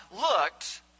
looked